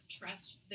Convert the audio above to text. trust